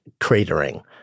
cratering